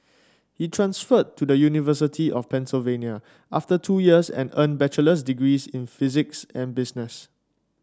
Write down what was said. he transferred to the University of Pennsylvania after two years and earned bachelor's degrees in physics and business